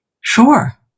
Sure